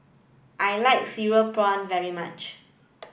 I like cereal prawn very much